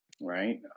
right